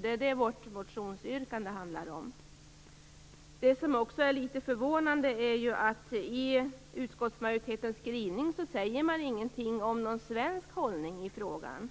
Det är det vårt motionsyrkande handlar om. Det som också är förvånande är att det i utskottsmajoritetens skrivning inte framgår något om en svensk hållning i frågan.